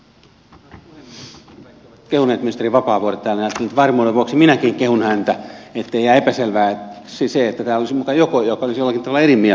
kun kaikki ovat kehuneet ministeri vapaavuorta täällä niin varmuuden vuoksi minäkin kehun häntä niin ettei jää epäilyä siitä että täällä olisi muka joku joka olisi jollakin tavalla eri mieltä